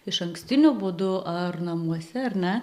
išankstiniu būdu ar namuose ar ne